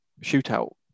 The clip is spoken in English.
shootout